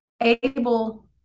able